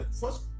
First